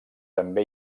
també